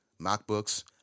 MacBooks